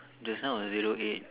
just now was zero eight